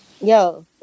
Yo